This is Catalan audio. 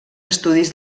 estudis